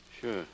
Sure